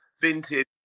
vintage